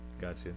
Gotcha